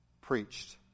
preached